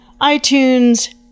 iTunes